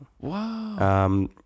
Wow